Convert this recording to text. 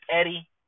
Eddie